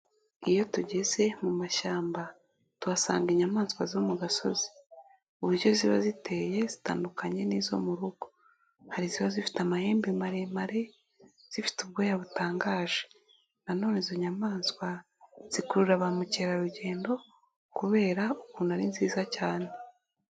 Iyo tugeze mu mashyamba tuhasanga inyamaswa zo mu gasozi, uburyo ziba ziteye zitandukanye n'izo mu rugo. Hari ziba zifite amahembe maremare zifite ubwoya butangaje na none izo nyamaswa zikurura ba mukerarugendo kubera ukuntu ari nziza cyane.